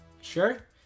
Sure